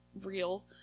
real